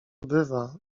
bywa